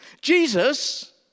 Jesus